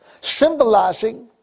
symbolizing